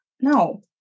No